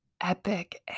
epic